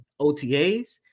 OTAs